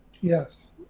Yes